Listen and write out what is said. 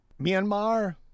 Myanmar